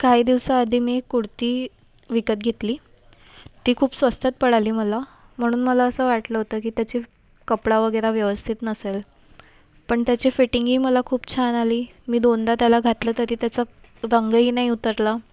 काही दिवसांआधी मी एक कुर्ती विकत घेतली ती खूप स्वस्तात पडली मला म्हणून मला असं वाटलं होत की त्याची कपडा वगैरे व्यवस्थित नसेल पण त्याची फिटींगही मला खूप छान आली मी दोनदा त्याला घातला तरी त्याचा रंगही नाही उतरला